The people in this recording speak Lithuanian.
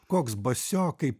koks basio kaip